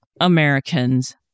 Americans